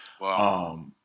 Wow